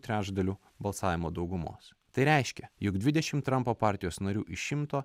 trečdalių balsavimo daugumos tai reiškia jog dvidešim trampo partijos narių iš šimto